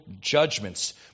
judgments